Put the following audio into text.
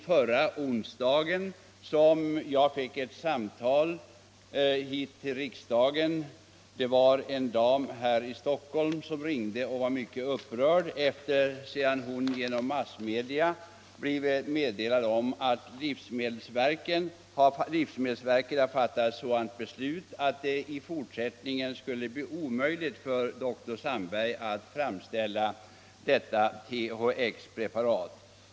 Förra onsdagen fick jag ett samtal hit till riksdagen från en dam här i Stockholm som var mycket upprörd, sedan hon genom massmedia fått meddelande om att livsmedelsverket fattat ett sådant beslut att det i fortsättningen skulle bli omöjligt för dr Sandberg att framställa THX preparatet.